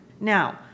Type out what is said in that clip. Now